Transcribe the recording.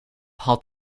had